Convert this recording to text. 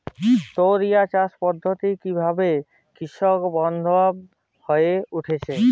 টোরিয়া চাষ পদ্ধতি কিভাবে কৃষকবান্ধব হয়ে উঠেছে?